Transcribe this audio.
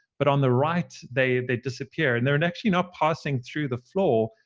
but on the right they they disappear. and they're and actually not passing through the floor.